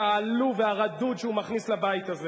העלוב והרדוד שהוא מכניס לבית הזה.